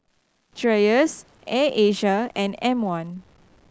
Dreyers Air Asia and M One